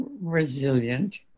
resilient